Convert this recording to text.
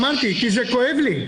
אמרתי, זה כואב לי.